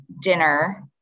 dinner